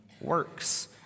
works